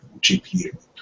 GPU